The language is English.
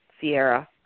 Sierra